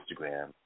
Instagram